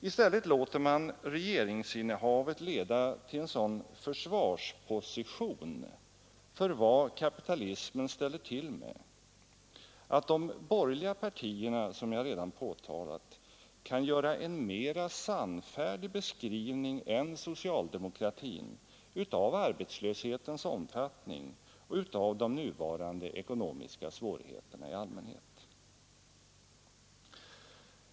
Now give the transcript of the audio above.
I stället låter man regeringsinnehavet leda till en sådan försvarsposition för vad kapitalismen ställer till med att de borgerliga partierna, så som jag redan påtalat, kan göra en mera sannfärdig beskrivning än socialdemokratin av arbetslöshetens omfattning och av de nuvarande ekonomiska svårigheterna i allmänhet.